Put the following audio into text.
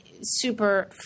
super